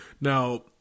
Now